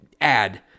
add